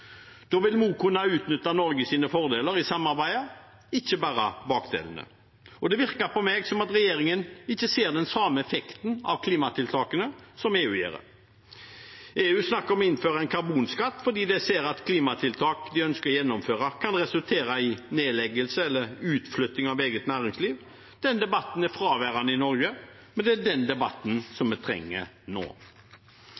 Da vil vi også kunne utnytte Norges fordeler i samarbeidet, ikke bare bakdelene. Det virker på meg som at regjeringen ikke ser den samme effekten av klimatiltakene som EU gjør. EU snakker om å innføre en karbonskatt fordi de ser at klimatiltak de ønsker å gjennomføre, kan resultere i nedleggelse eller utflytting av eget næringsliv. Den debatten er fraværende i Norge, men det er den debatten